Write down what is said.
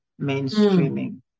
mainstreaming